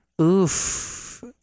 oof